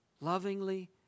lovingly